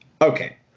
Okay